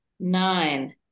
Nine